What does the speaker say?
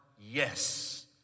yes